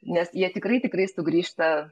nes jie tikrai tikrai sugrįžta